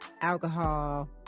alcohol